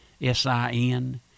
s-i-n